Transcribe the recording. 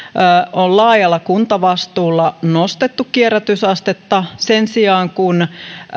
on laajalla kuntavastuulla nostettu kierrätysastetta sen sijaan